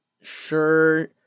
sure